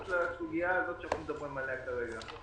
לסוגיה הזאת שאנחנו מדברים עליה כרגע.